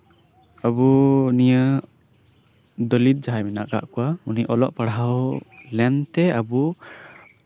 ᱟᱵᱚ ᱱᱤᱭᱟᱹ ᱫᱚᱞᱤᱛ ᱡᱟᱸᱦᱟᱭ ᱢᱮᱱᱟᱜ ᱟᱠᱟᱫ ᱠᱚᱣᱟ ᱩᱱᱤ ᱚᱞᱚᱜ ᱯᱟᱲᱦᱟᱣ ᱞᱮᱱᱛᱮᱭ ᱟᱵᱚ